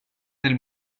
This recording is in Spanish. del